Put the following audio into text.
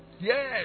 yes